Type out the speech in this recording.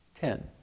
Ten